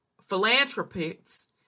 philanthropists